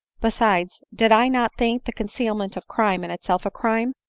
besides, did i not think the concealment of crime in itself a crime,